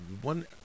one